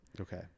Okay